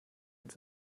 ins